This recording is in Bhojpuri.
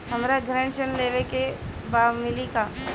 हमरा गृह ऋण लेवे के बा मिली का?